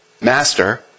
Master